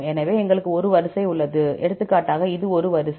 எனவே எங்களுக்கு ஒரு வரிசை உள்ளது எடுத்துக்காட்டாக இது ஒரு வரிசை